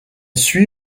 suit